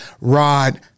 Rod